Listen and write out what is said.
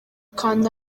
kanda